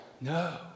no